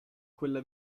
quella